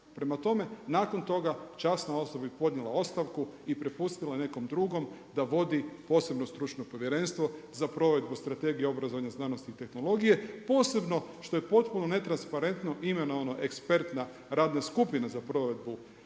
Prema tome, nakon toga …/Govornik se ne razumije./… je podnijela ostavku i prepustila nekom drugom da vodi posebno stručno povjerenstvo za provedbu Strategije obrazovanja, znanosti i tehnologije posebno što je potpuno netransparentno imenovana ekspertna radna skupina za provedbu